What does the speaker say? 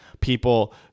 people